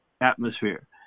atmosphere